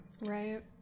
right